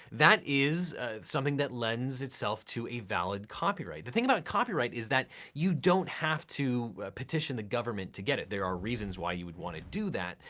that is something that lends itself to a valid copyright. the thing about copyright is that you can't have to petition the government to get it. there are reasons why you would want to do that,